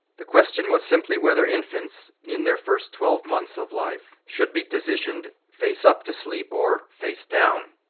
the question was simply whether infants in their first twelve months of life should be positioned face up to sleep, or face down.